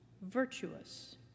virtuous